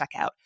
checkout